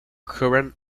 curran